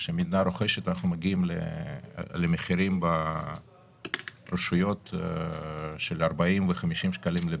שהמדינה רוכשת אנחנו מגיעים למחירים ברשויות של 40 ו-50 שקלים לבדיקה.